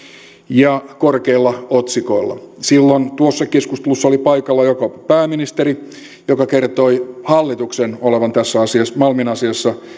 ja korkeilla otsikoilla silloin tuossa keskustelussa oli paikalla jopa pääministeri joka kertoi hallituksen olevan tässä malmin asiassa